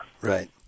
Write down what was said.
Right